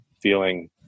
feeling